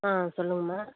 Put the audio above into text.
ஆ சொல்லுங்மா